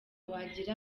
wagira